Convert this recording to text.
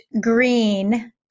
green